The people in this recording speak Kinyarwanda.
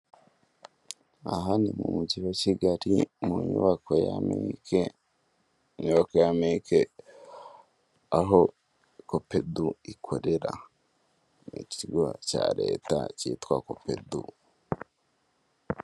Aha ni mu mujyi wa Kigali mu nyubako ya meke, inyubako ya meke, aho kopedu ikorera, mu kigo cya leta kitwa kopedu,